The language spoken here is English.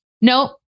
Nope